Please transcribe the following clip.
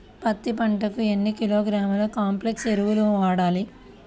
పత్తి పంటకు ఎన్ని కిలోగ్రాముల కాంప్లెక్స్ ఎరువులు వాడాలి?